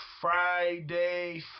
Friday